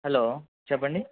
hello చెప్పండి